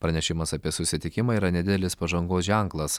pranešimas apie susitikimą yra nedidelis pažangos ženklas